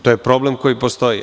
To je problem koji postoji.